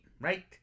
right